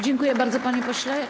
Dziękuję bardzo, panie pośle.